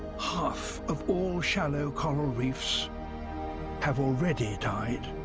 half of all shallow coral reefs have already died.